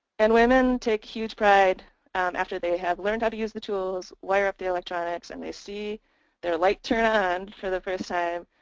and women take huge pride after they have learned how to use the tools, wire up the electronics and they see their light turn on for the first time.